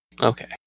Okay